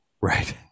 Right